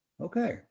Okay